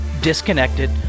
Disconnected